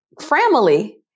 family